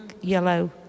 yellow